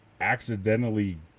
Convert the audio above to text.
accidentally